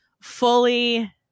fully